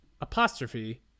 apostrophe